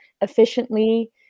efficiently